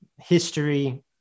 History